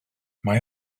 mae